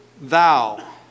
thou